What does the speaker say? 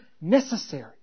necessary